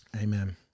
Amen